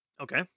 Okay